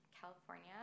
California